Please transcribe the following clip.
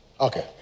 Okay